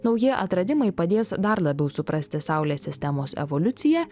nauji atradimai padės dar labiau suprasti saulės sistemos evoliuciją